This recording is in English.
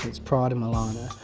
it's prada milano.